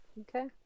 Okay